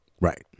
Right